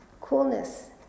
Coolness